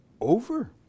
over